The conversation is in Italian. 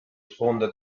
sfondo